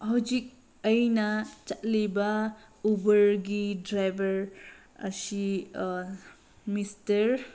ꯍꯧꯖꯤꯛ ꯑꯩꯅ ꯆꯠꯂꯤꯕ ꯎꯕꯔꯒꯤ ꯗ꯭ꯔꯥꯏꯕꯔ ꯑꯁꯤ ꯃꯤꯁꯇꯔ